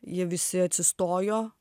jie visi atsistojo